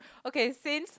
okay since